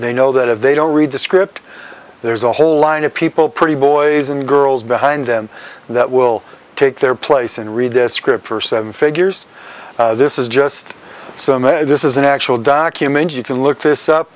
they know that if they don't read the script there's a whole line of people pretty boys and girls behind them that will take their place and read a script for seven figures this is just so this is an actual document you can look this up